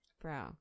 Bro